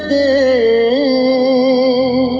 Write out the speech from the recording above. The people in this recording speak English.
a